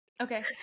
okay